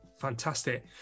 Fantastic